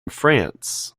france